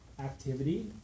activity